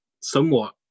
somewhat